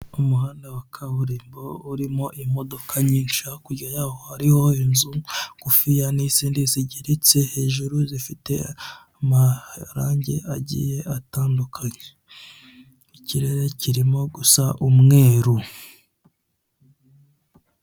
Umuhanda wa kaburimbo urimo imodoka nyinshi, hakurya ya ho hariho inzu ngufiya n'izindi zigeretse hejuru zifite amarange agiye atandukanye. Ikirere kirimo gusa umweru.